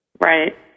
Right